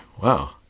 wow